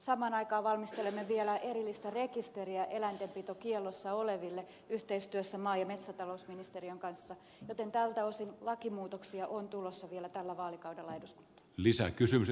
samaan aikaan valmistelemme vielä erillistä rekisteriä eläintenpitokiellossa oleville yhteistyössä maa ja metsätalousministeriön kanssa joten tältä osin lakimuutoksia on tulossa vielä tällä vaalikaudella eduskuntaan